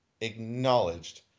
acknowledged